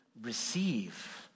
receive